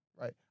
Right